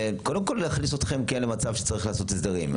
קודם כל להכניס אתכם למצב שצריך לעשות הסדרים.